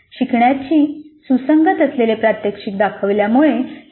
शिकण्याशी सुसंगत असलेले प्रात्यक्षिक दाखवल्यामुळे शिकणे सुलभ होते